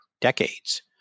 decades